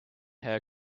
hair